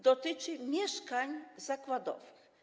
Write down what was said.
Dotyczy ono mieszkań zakładowych.